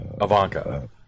Ivanka